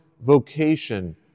vocation